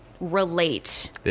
Relate